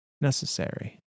necessary